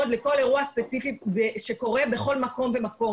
לכל אירוע ספציפי שקורה בכל מקום ומקום.